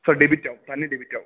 sorry ഡെബിറ്റാകും തന്നെ ഡെബിറ്റാകും